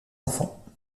enfants